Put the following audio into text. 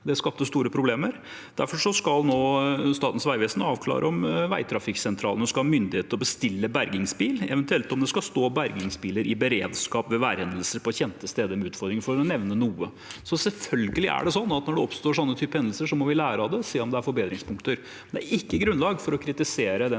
Det skapte store problemer. Derfor skal Statens vegvesen nå avklare om veitrafikksentralene skal ha myndighet til å bestille bergingsbil, eventuelt om det skal stå bergingsbiler i beredskap ved værhendelser på kjente steder med utfordringer – for å nevne noe. Selvfølgelig er det sånn at når det oppstår slike hendelser, må vi lære av det, se om det er forbedringspunkter. Det er ikke grunnlag for å kritisere den